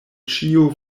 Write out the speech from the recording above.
ĉio